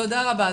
תודה רבה.